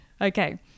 Okay